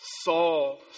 Saul